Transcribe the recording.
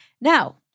Now